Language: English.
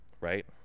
right